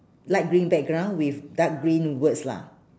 light green background with dark green words lah